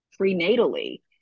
prenatally